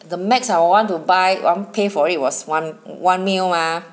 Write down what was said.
the max I want to buy I want to pay for it was one one mil mah